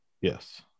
Yes